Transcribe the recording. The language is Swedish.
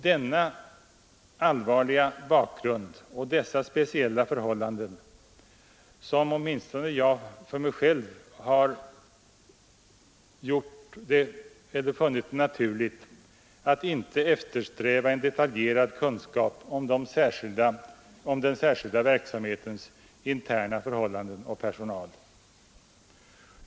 Denna allvarliga bakgrund och dessa speciella förhållanden har åtminstone för mig själv gjort det naturligt att inte eftersträva en detaljerad kunskap om den särskilda verksamhetens interna förhållanden och personal.